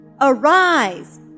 Arise